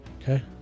Okay